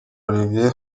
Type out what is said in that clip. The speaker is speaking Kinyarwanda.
oliver